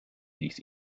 ließ